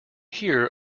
here